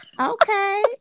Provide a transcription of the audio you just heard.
Okay